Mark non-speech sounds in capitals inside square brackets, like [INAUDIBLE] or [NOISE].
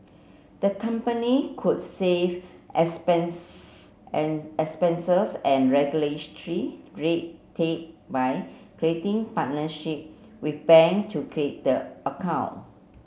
the company could save expense and expenses and [UNINTELLIGIBLE] red tape by creating partnership with bank to create the account